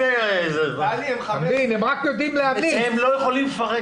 הם לא יכולים לפרק.